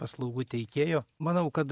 paslaugų teikėjo manau kad